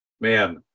man